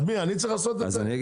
אז מי צריך לעשות את זה, אני?